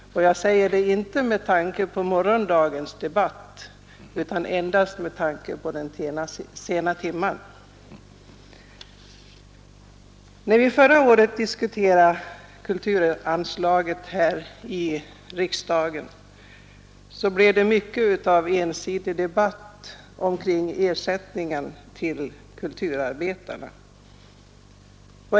Jag säger inte det här med tanke på morgondagens debatt utan endast med avseende på den sena timman. När vi förra året diskuterade kulturanslaget här i riksdagen blev det mycket av ensidig debatt omkring ersättningen till kulturarbetarna.